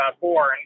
born